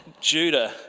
Judah